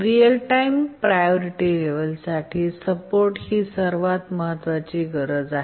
real time priority level साठी support ही सर्वात महत्वाची गरज आहे